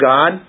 God